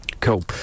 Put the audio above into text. Cool